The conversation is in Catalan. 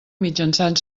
mitjançant